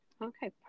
Okay